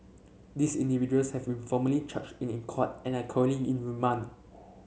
these individuals have been formally charged in court and are currently in remand